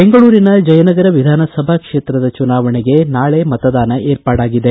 ಬೆಂಗಳೂರಿನ ಜಯನಗರ ವಿಧಾನಸಭಾ ಕ್ಷೇತ್ರದ ಚುನಾವಣೆಗೆ ನಾಳೆ ಮತದಾನ ಏರ್ಪಾಡಾಗಿದೆ